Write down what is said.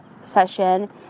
session